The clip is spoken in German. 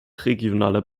regionaler